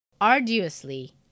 arduously